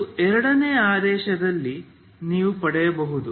ಇದು ಎರಡನೇ ಆದೇಶದಲ್ಲಿ ನೀವು ಪಡೆಯುವುದು